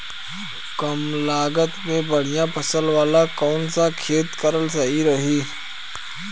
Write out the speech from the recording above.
कमलागत मे बढ़िया फसल वाला कौन सा खेती करल सही रही?